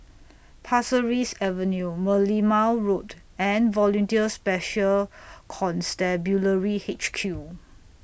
Pasir Ris Avenue Merlimau Road and Volunteer Special Constabulary H Q